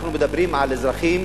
אנחנו מדברים על אזרחים.